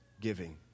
giving